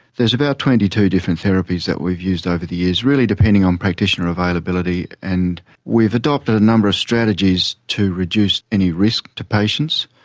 there's about twenty two different therapies that we've used over the years, really depending on practitioner availability and we've adopted a number of strategies to reduce any risk to patients.